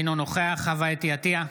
אינו נוכח חוה אתי עטייה,